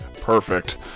Perfect